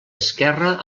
esquerra